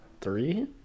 three